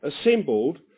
assembled